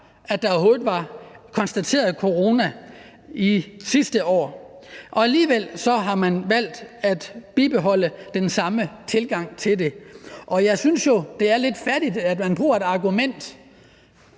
før der overhovedet var konstateret corona sidste år. Alligevel har man valgt at bibeholde den samme tilgang til det. Jeg synes jo, det er lidt fattigt, at man bruger et argument,